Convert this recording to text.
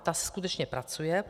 Ta skutečně pracuje.